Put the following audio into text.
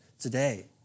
today